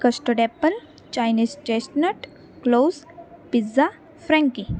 custard apple Chinese chess nut close pizza franky